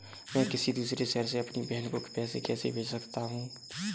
मैं किसी दूसरे शहर से अपनी बहन को पैसे कैसे भेज सकता हूँ?